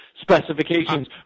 specifications